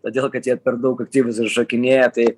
todėl kad jie per daug aktyvūs ir šokinėja tai